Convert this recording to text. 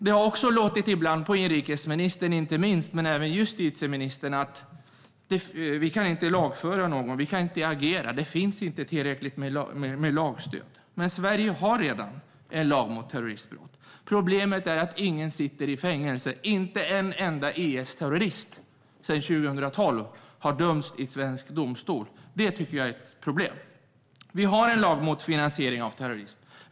Det har ibland låtit på inrikesministern, inte minst, men även på justitieministern som att vi inte kan lagföra någon. Vi kan inte agera. Det finns inte tillräckligt med lagstöd. Men Sverige har redan en lag mot terroristbrott. Problemet är att ingen sitter i fängelse. Inte en enda IS-terrorist har sedan 2012 dömts i svensk domstol. Det tycker jag är ett problem. Vi har en lag mot finansiering av terrorism.